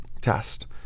test